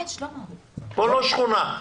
פה לא שכונה.